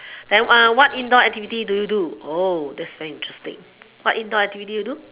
then what indoor activity do you do that's very interesting what indoor activity you do